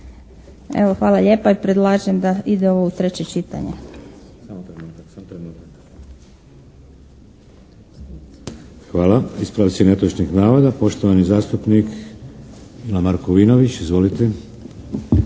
hvala lijepa i predlažem da ide ovo u treće čitanje. **Šeks, Vladimir (HDZ)** Hvala. Ispravci netočnih navoda. Poštovani zastupnik Markovinović. Izvolite.